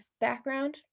background